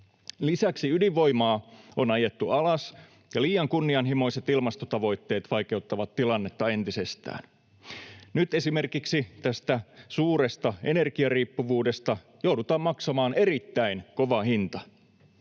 Lisäksi ydinvoimaa on ajettu alas, ja liian kunnianhimoiset ilmastotavoitteet vaikeuttavat tilannetta entisestään. Nyt esimerkiksi tästä suuresta energiariippuvuudesta joudutaan maksamaan erittäin kova hinta.